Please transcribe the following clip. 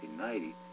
1990